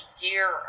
gear